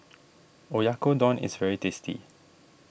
Oyakodon is very tasty